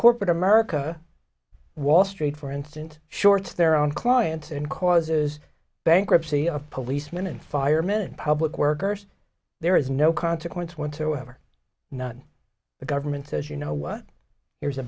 corporate america wall street for instant short's their own clients and causes bankruptcy of policemen and firemen and public workers there is no consequence when to ever none the government says you know what here's a